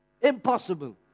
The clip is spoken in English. Impossible